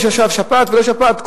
יש עכשיו שפעת ולא שפעת,